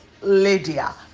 Lydia